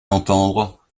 entendre